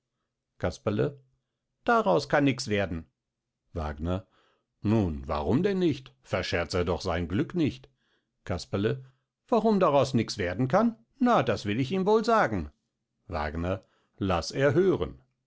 casperle daraus kann nix werden wagner nun warum denn nicht verscherz er doch sein glück nicht casperle warum daraus nix werden kann na das will ich ihm wohl sagen wagner laß er hören